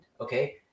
okay